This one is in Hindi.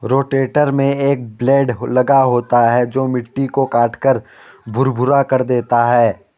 रोटेटर में एक ब्लेड लगा होता है जो मिट्टी को काटकर भुरभुरा कर देता है